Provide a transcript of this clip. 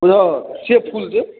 बुझल से फूल देब